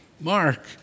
Mark